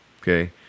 okay